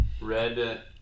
red